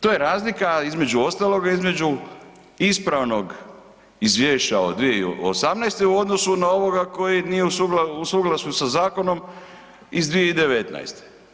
To je razlika između ostaloga između ispravnog izvješća 2018. u odnosu na ovoga koji nije u suglasju sa zakonom iz 2019.